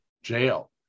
jail